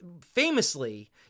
famously